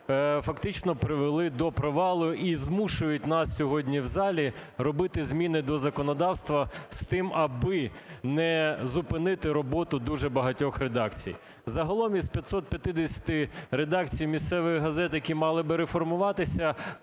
фактично привели до провалу і змушують нас сьогодні в залі робити зміни до законодавства з тим, аби не зупинити роботу дуже багатьох редакцій. Загалом із 550 редакцій місцевої газети, які би мали би реформуватися,